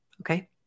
Okay